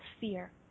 fear